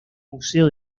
museo